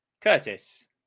Curtis